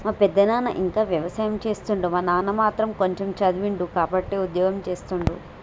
మా పెదనాన ఇంకా వ్యవసాయం చేస్తుండు మా నాన్న మాత్రం కొంచెమ్ చదివిండు కాబట్టే ఉద్యోగం చేస్తుండు